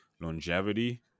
longevity